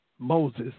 Moses